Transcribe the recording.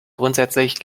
grundsätzlich